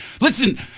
Listen